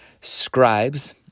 Scribes